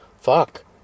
fuck